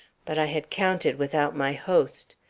but i had counted without my host.